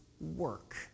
work